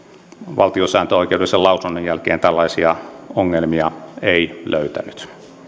valtiosääntöoikeudellisen lausunnon jälkeen tällaisia ongelmia ei löytänyt